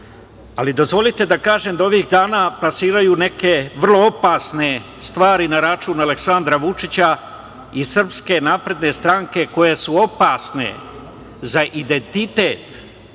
Dozvolite da kažem da ovih dana plasiraju neke vrlo opasne stvari na račun Aleksandra Vučića i SNS, koje su opasne za identitet